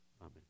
Amen